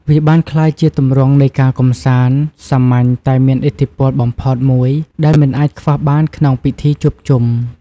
វាបានក្លាយជាទម្រង់នៃការកម្សាន្ត សាមញ្ញតែមានឥទ្ធិពលបំផុតមួយដែលមិនអាចខ្វះបានក្នុងពិធីជួបជុំ។